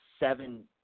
Seven